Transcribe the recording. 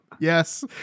yes